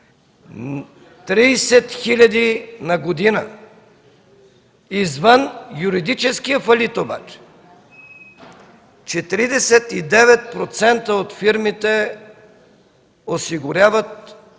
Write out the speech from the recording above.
хиляди на година! Извън юридическия фалит обаче 49% от фирмите осигуряват